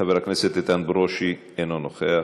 חבר הכנסת איתן ברושי, אינו נוכח,